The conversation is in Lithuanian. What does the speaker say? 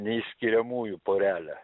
neišskiriamųjų porelę